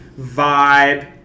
vibe